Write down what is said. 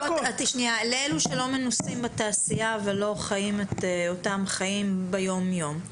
לאלה שלא מנוסים בתעשייה ולא חיים את אותם חיים ביום יום,